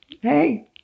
Hey